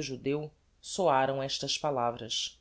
judeu soaram estas palavras